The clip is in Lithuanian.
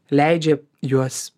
leidžia juos